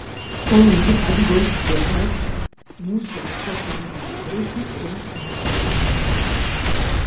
kol ji atgaus jėgas mūsų visa kūrybinė grupė rinks naujagimiui vardą